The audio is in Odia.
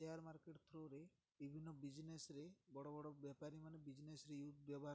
ସେୟାର୍ ମାର୍କେଟ୍ ଥ୍ରୁରେ ବିଭିନ୍ନ ବିଜନେସ୍ରେ ବଡ଼ ବଡ଼ ବେପାରୀମାନେ ବିଜନେସ୍ରେ ୟୁଥ୍ ବ୍ୟବହାର କରନ୍ତି